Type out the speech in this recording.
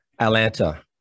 Atlanta